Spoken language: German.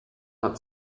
hat